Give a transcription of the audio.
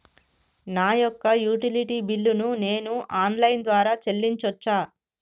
నా యొక్క utility bill ను నేను ఆన్ లైన్ ద్వారా చెల్లించొచ్చా?